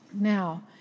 Now